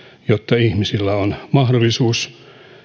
jotta ihmisillä on mahdollisuus